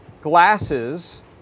glasses